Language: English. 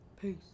Peace